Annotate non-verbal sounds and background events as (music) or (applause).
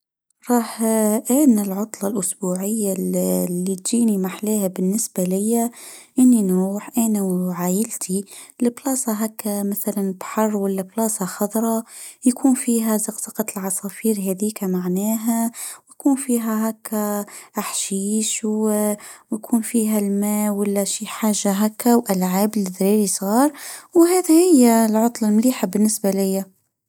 راآه (hesitation) أيه أن العطله الأسبوعيه إللي تجيني مااحلاها بالنسبه ليا ، إني نروح أنا وعايلتي لبلاصه هكا مثلاً بحر ولبلاصه خضرا. يكون فيها زقزقه العصافير هذيك معناها ،وتكون فيها هكا احشيش واكون فيها الما ولا شي حاجه هكا والعاب الدراري صار وهذ هيا العطله لمليحه بالنسبه ليا.